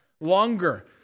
Longer